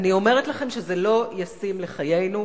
אני אומרת לכם שזה לא ישים לחיינו,